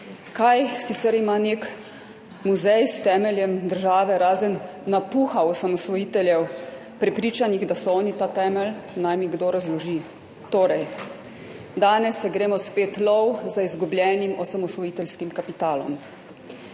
ima sicer nek muzej s temeljem države, razen napuha osamosvojiteljev, prepričanih, da so oni ta temelj, naj mi kdo razloži. Torej, danes se gremo spet lov za izgubljenim osamosvojiteljskim kapitalom.